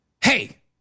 Hey